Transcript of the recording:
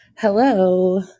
Hello